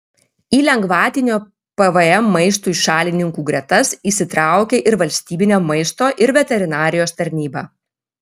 į lengvatinio pvm maistui šalininkų gretas įsitraukė ir valstybinė maisto ir veterinarijos tarnyba